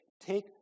take